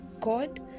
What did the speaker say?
God